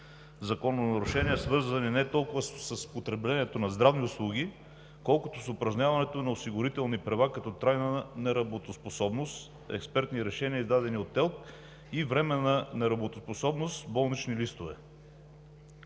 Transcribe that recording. закононарушения, свързани не толкова с потреблението на здравни услуги, колкото с упражняването на осигурителни права, като трайна неработоспособност – експертни решения, издадени от ТЕЛК, и временна неработоспособност – болнични листове.